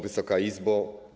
Wysoka Izbo!